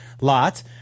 Lot